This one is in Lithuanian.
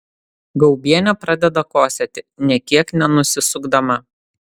gaubienė pradeda kosėti nė kiek nenusisukdama